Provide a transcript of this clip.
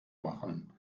machen